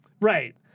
Right